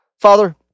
Father